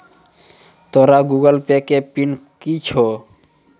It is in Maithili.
तोरो गूगल पे के पिन कि छौं?